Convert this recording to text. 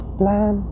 plan